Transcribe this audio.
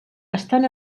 estan